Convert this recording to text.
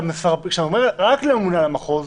כשאתה אומר שזה רק לממונה על המחוז,